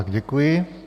Děkuji.